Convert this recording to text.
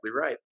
right